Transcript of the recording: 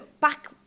back